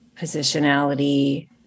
positionality